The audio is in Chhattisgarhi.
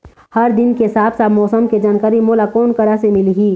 हर दिन के साफ साफ मौसम के जानकारी मोला कोन करा से मिलही?